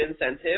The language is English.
incentive